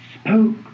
spoke